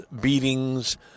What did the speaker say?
beatings